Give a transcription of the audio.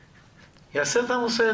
ויעשה את זה.